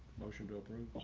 motion to approve.